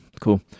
cool